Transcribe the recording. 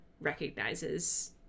recognizes